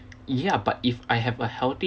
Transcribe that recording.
ya but if I have a healthy